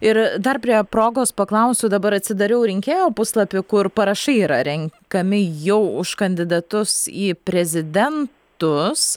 ir dar prie progos paklausiu dabar atsidariau rinkėjo puslapį kur parašai yra renkami jau už kandidatus į prezidentus